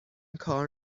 کار